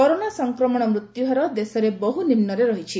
corona ସଂକ୍ରମଣ ମୃତ୍ୟୁହାର ଦେଶରେ ବହୁ ନିମ୍ନରେ ରହିଛି